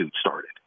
started